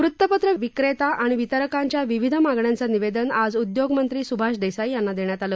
वृत्तपत्र विक्रेता आणि वितरकांच्या विविध मागण्यांचं निवेदन आज उद्योगमंत्री सुभाष देसाई यांना देण्यात आलं